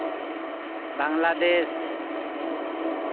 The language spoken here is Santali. ᱵᱟᱝᱞᱟᱫᱮᱥ